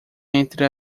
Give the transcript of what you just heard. entre